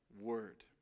word